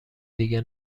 دیگه